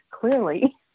clearly